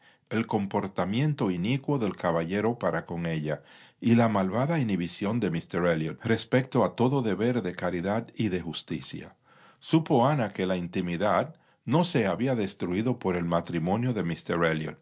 el comportamiento inicuo del caballero para con ella y la malvada inhibición de míster elliot respecto a todo deber de caridad y de justicia supo ana que la intimidad no se había destruído por el matrimonio de